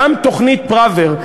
גם תוכנית פראוור,